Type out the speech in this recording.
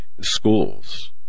schools